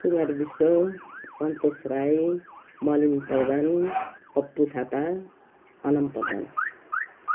Kumari Bishwa Santosh Rai Malin Pradhan Pappu Thapa Alam Pradhan